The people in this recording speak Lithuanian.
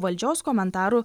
valdžios komentarų